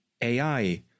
AI